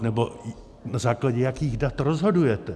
Nebo na základě jakých dat rozhodujete?